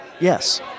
Yes